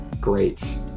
great